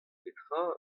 petra